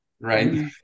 Right